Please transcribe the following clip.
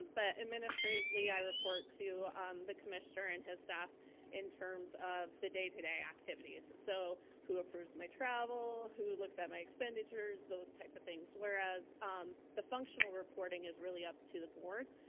but administratively, i report to um the commissioner and his staff in terms of the day to day activities. so who approves my travel? who looks at my expenditures? those type of things. whereas um the functional reporting is really up to the board.